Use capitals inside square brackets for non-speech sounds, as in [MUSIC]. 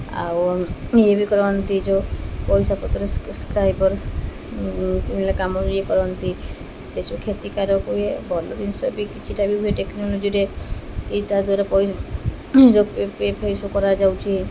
ଆଉ ଇଏ ବି କରନ୍ତି ଯେଉଁ ପଇସା ପତ୍ର ସସ୍କ୍ରାଇବର୍ [UNINTELLIGIBLE] କାମରେ ଇଏ କରନ୍ତି ସେସବୁ କ୍ଷତିକାରକ ହୁଏ ଭଲ ଜିନିଷ ବି କିଛିଟା ବି ହୁଏ ଟେକ୍ନୋଲୋଜିରେ କେହି ତା ଦ୍ୱାରା ଯେଉଁ ପେ' ଫେ କରାଯାଉଛି